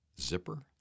zipper